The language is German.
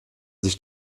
sich